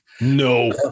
No